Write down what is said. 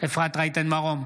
אפרת רייטן מרום,